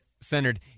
centered